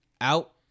Out